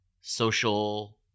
social